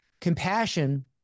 Compassion